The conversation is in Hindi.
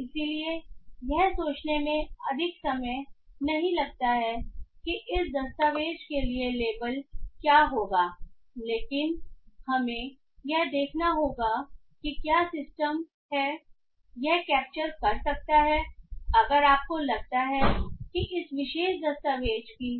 इसलिए यह सोचने में अधिक समय नहीं लगता है कि इस दस्तावेज़ के लिए लेबल क्या होगालेकिन हमें यह देखना होगा कि क्या सिस्टम यह कैप्चर कर सकता है अगर आपको लगता है कि इस विशेष दस्तावेज की